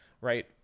right